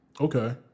Okay